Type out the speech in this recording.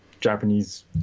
japanese